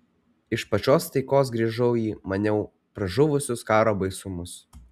iš pačios taikos grįžau į maniau pražuvusius karo baisumus